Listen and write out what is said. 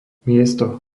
miesto